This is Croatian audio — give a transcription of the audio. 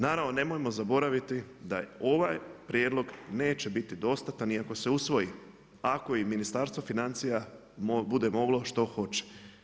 Naravno, nemojmo zaboraviti da ovaj prijedlog neće biti dostatan i ako se usvoji, ako i Ministarstvo financija bude moglo što hoće.